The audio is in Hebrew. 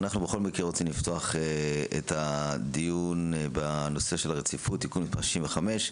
אנחנו בכל מקרה רוצים לפתוח את הדיון בנושא של הרציפות (תיקון מס' 65)